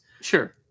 Sure